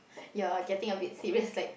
you're getting a bit serious like